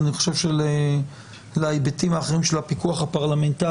אני חושב שלהיבטים האחרים של הפיקוח הפרלמנטרי